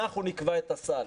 אנחנו נקבע את הסל.